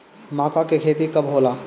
माका के खेती कब होला?